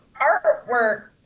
artwork